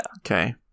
Okay